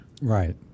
right